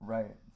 Right